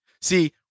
see